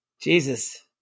Jesus